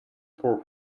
poor